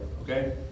okay